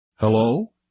Hello